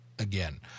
again